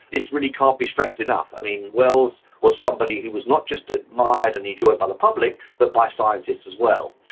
this really can't be stressed enough. ah wells was somebody who was not just admired and enjoyed by the public but by scientists as well.